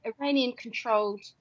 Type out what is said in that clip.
Iranian-controlled